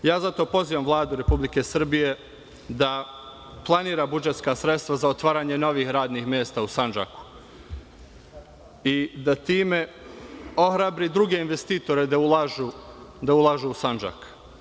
Zato pozivam Vladu Republike Srbije da planira budžetska sredstva za otvaranje novih radnih mesta u Sandžaku i da time ohrabri druge investitore da ulažu u Sandžak.